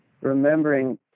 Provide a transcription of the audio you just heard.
remembering